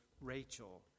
Rachel